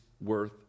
worth